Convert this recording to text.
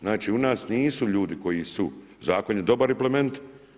Znači u nas nisu ljudi koji su, zakon je dobar i plemenit.